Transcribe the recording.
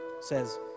says